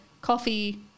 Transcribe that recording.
coffee